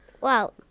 Wow